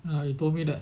ya you told me that